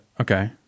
Okay